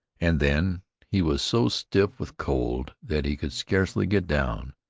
and then he was so stiff with cold that he could scarcely get down.